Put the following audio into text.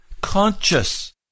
conscious